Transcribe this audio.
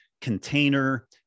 container